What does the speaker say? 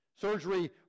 surgery